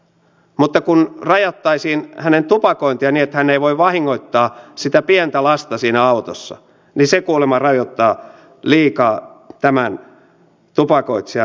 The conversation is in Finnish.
mutta kun rajattaisiin hänen tupakointiaan niin että hän ei voi vahingoittaa sitä pientä lasta siinä autossa niin se kuulemma rajoittaa liikaa tämän tupakoitsijan yksilönvapautta